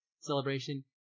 celebration